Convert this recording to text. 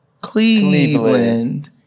Cleveland